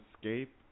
escape